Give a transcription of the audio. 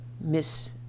Miss